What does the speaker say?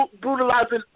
brutalizing